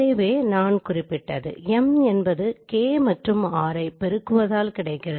எனவே இதுவே நான் குறிப்பிட்டது M என்பது K மற்றும் R பெருக்குவதால் கிடைக்கிறது